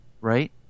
Right